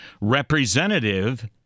representative